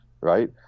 right